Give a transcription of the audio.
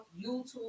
YouTube